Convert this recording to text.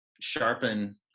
sharpen